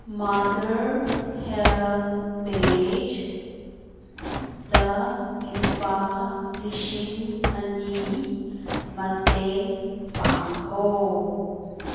mother help ꯄꯦꯖꯇ ꯂꯨꯄꯥ ꯂꯤꯁꯤꯡ ꯑꯅꯤ ꯃꯇꯦꯡ ꯄꯥꯡꯈꯣ